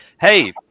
hey